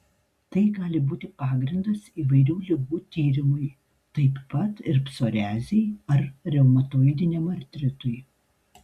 tai gali būti pagrindas įvairių ligų tyrimui taip pat ir psoriazei ar reumatoidiniam artritui